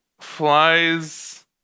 flies